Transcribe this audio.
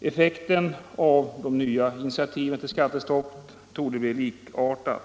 Effekten av de nya initiativen till skattestopp torde bli likartad.